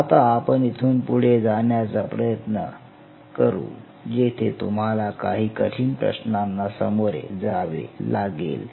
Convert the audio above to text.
आता आपण इथून पुढे जाण्याचा प्रयत्न करू जेथे तुम्हाला काही कठीण प्रश्नांना सामोरे जावे लागेल